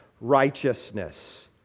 righteousness